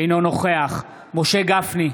אינו נוכח משה גפני,